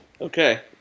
Okay